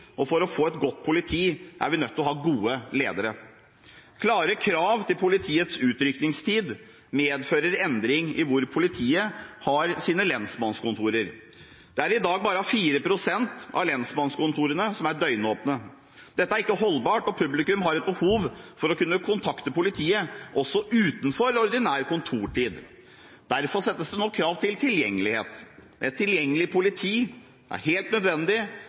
og for å få et godt politi er vi nødt til å ha gode ledere. Klare krav til politiets utrykningstid medfører endring i hvor politiet har sine lensmannskontorer. Det er i dag bare 4 pst. av lensmannskontorene som er døgnåpne. Dette er ikke holdbart, publikum har et behov for å kunne kontakte politiet også utenfor ordinær kontortid. Derfor settes det nå krav til tilgjengelighet. Et tilgjengelig politi er helt nødvendig,